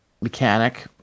mechanic